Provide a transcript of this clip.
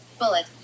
bullet